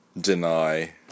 deny